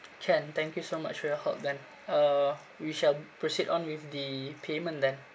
can thank you so much for your help then uh we shall proceed on with the payment then